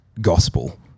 gospel